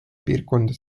piirkonda